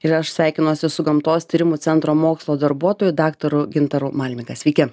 ir aš sveikinuosi su gamtos tyrimų centro mokslo darbuotoju daktaru gintaru malmiga sveiki